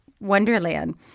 Wonderland